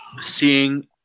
seeing